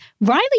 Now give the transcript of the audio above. Riley